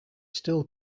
still